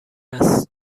است